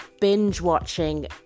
binge-watching